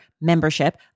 membership